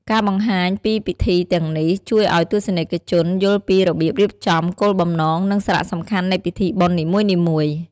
ការបង្ហាញពីពិធីទាំងនេះ ជួយឱ្យទស្សនិកជនយល់ពីរបៀបរៀបចំ គោលបំណង និងសារៈសំខាន់នៃពិធីបុណ្យនីមួយៗ ។